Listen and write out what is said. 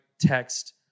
text